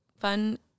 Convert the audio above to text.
fun